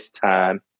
time